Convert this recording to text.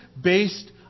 based